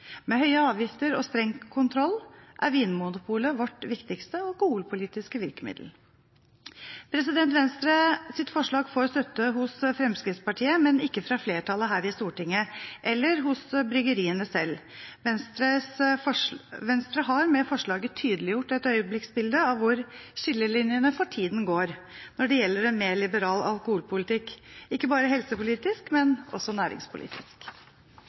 Med høye avgifter og streng kontroll er Vinmonopolet vårt viktigste alkoholpolitiske virkemiddel. Venstres forslag får støtte fra Fremskrittspartiet, men ikke fra flertallet her i Stortinget eller fra bryggeriene selv. Venstre har med forslaget tydeliggjort et øyeblikksbilde av hvor skillelinjene for tiden går når det gjelder en mer liberal alkoholpolitikk – ikke bare helsepolitisk, men også næringspolitisk.